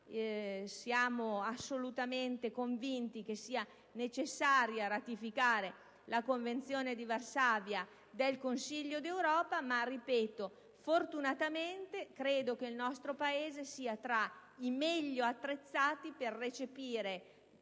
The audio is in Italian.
Siamo assolutamente convinti che sia necessario ratificare la Convenzione di Varsavia del Consiglio d'Europa: fortunatamente, il nostro Paese è, a mio avviso, tra i meglio attrezzati per recepirla